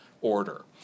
order